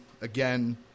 again